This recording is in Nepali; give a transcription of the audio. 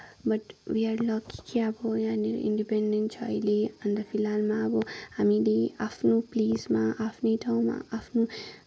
बट वि आर लकी के अब यहाँनिर इन्डिपेन्डेन्ट छ अहिले फिलहालमा अब हामीले आफ्नो प्लेसमा आफ्नो ठाउँमा आफ्नो